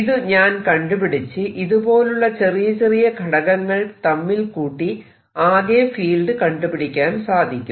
ഇത് ഞാൻ കണ്ടുപിടിച്ച് ഇതുപോലെയുള്ള ചെറിയ ചെറിയ ഘടകങ്ങൾ തമ്മിൽ കൂട്ടി ആകെ ഫീൽഡ് കണ്ടുപിടിക്കാൻ സാധിക്കും